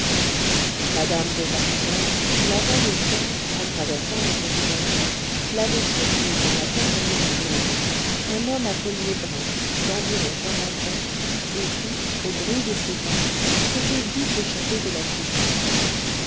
madame bovary mère la veille au soir en traversant le corridor l'avait surprise dans la compagnie d'un homme un homme à collier brun d'environ quarante ans et qui au bruit de ses pas s'était vite échappé de la cuisine